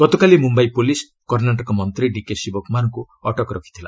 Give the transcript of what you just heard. ଗତକାଲି ମୁମ୍ବାଇ ପୁଲିସ୍ କର୍ଷାଟକ ମନ୍ତ୍ରୀ ଡିକେ ଶିବ କୁମାରଙ୍କୁ ଅଟକ ରଖିଥିଲା